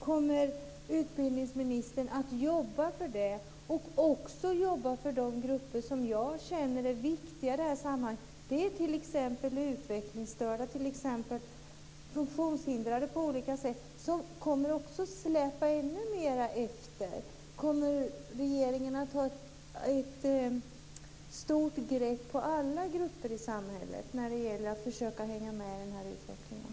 Kommer utbildningsministern att arbeta för det och också arbeta för de grupper som jag känner är viktigare i det sammanhanget, t.ex. utvecklingsstörda och funktionshindrade på olika sätt? De kommer att släpa ännu mera efter. Kommer regeringen att ha ett stort grepp på alla grupper i samhället när det gäller att försöka hänga med i den här utvecklingen?